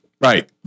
Right